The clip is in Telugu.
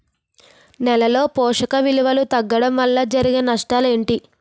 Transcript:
నేలలో పోషక విలువలు తగ్గడం వల్ల జరిగే నష్టాలేంటి?